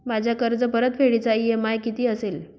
माझ्या कर्जपरतफेडीचा इ.एम.आय किती असेल?